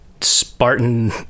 spartan